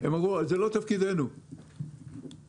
הם אמרו: זה לא תפקידנו, בחוק